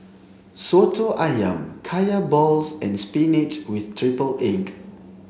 soto ayam kaya balls and spinach with triple egg